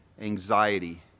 anxiety